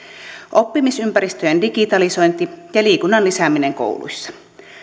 oppimisympäristöjen digitalisointiin ja liikunnan lisäämiseen kouluissa